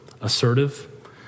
assertive